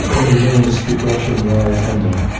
and you learn to speak russian while attending.